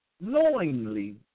knowingly